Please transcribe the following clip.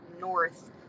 north